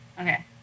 Okay